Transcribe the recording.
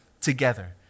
together